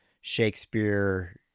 Shakespeare